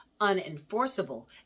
unenforceable